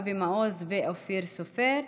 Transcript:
אבי מעוז ואופיר סופר,